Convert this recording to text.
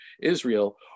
israel